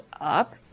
up